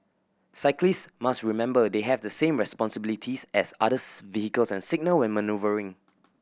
cyclist must remember they have the same responsibilities as others vehicles and signal when manoeuvring